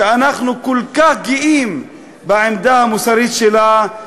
שאנחנו כל כך גאים בעמדה המוסרית שלה,